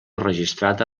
registrada